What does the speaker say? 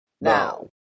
now